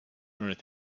earth